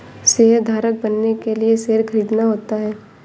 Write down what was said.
शेयरधारक बनने के लिए शेयर खरीदना होता है